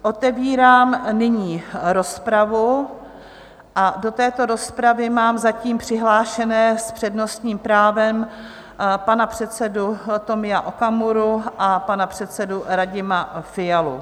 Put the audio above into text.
Otevírám nyní rozpravu a do této rozpravy mám zatím přihlášené s přednostním právem pana předsedu Tomia Okamuru a pana předsedu Radima Fialu.